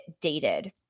dated